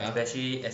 ya